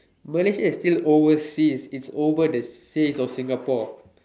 Malaysia is still overseas it's over the sea of Singapore